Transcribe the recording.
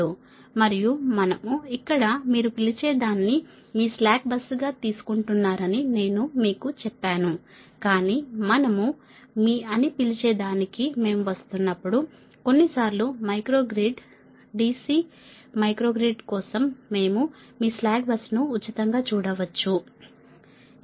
మరియు మనము ఇక్కడ మీరు పిలిచేదాన్ని మీ స్లాక్ బస్సు గా తీసుకుంటున్నారని నేను మీకు చెప్పాను కాని మనము మీ అని పిలిచేదానికి మేము వస్తున్నప్పుడు కొన్నిసార్లు micro grid DC micro grid కోసం మేము మీ స్లాక్ బస్సును ఉచితంగా చూడవచ్చు సరేనా